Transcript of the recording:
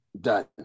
Done